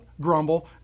grumble